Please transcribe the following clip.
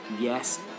yes